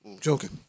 joking